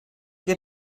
geht